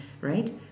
Right